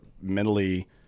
mentally